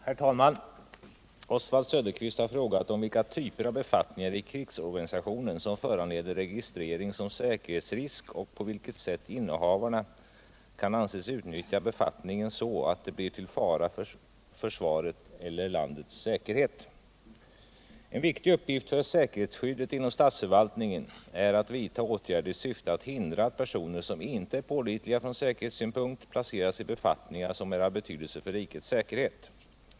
Herr talman! Oswald Söderqvist har frågat om vilka typer av befattningar i krigsorganisationen som föranleder registrering som säkerhetsrisk och på vilket sätt innehavarna kan anses utnyttja befattningen så att det blir till fara för försvaret eller landets säkerhet. En viktig uppgift för säkerhetsskyddet inom statsförvaltningen är att vidta åtgärder i syfte att hindra att personer som inte är pålitliga från säkerhetssynpunkt placeras I befattningar som är av betydelse för rikets säkerhet.